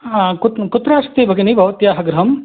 हा कुत् कुत्र अस्ति भगिनी भवत्याः गृहं